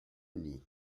uni